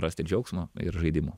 rasti džiaugsmo ir žaidimų